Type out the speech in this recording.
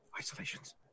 isolations